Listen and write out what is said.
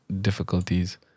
Difficulties